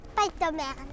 Spider-Man